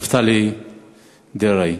נפתלי דרעי,